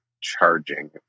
charging